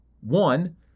One